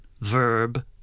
verb